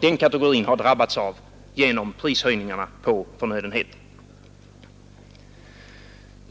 den kategorin har utsatts för genom prishöjningarna på förnödenheter.